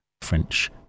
French